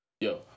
Yo